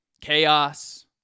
chaos